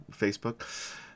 Facebook